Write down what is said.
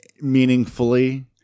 meaningfully